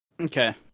Okay